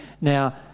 Now